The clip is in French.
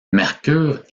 mercure